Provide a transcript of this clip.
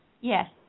Yes